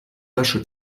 lasche